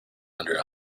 under